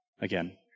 again